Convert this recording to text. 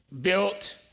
built